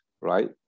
right